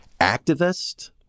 activist